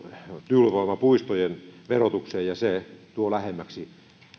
tuulivoimapuistojen verotukseen ja se tuo